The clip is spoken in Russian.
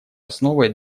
основой